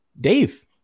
Dave